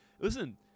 Listen